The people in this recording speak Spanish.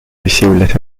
visibles